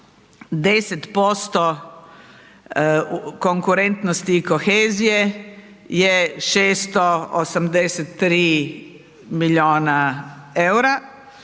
10% konkurentnosti i kohezije je 683 milijuna eura,